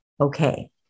Okay